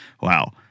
Wow